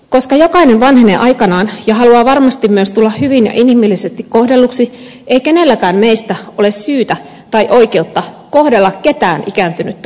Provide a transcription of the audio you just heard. koska jokainen vanhenee aikanaan ja haluaa varmasti myös tulla hyvin ja inhimillisesti kohdelluksi ei kenelläkään meistä ole syytä tai oikeutta kohdella ketään ikääntynyttä huonosti